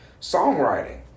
songwriting